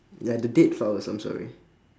ya the dead flowers I'm sorry